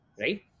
right